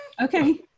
Okay